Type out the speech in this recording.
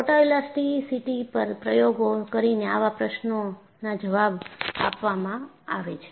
photoelasticity પર પ્રયોગો કરીને આવા પ્રશ્નોના જવાબ આપવામાં આવે છે